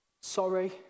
Sorry